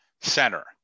center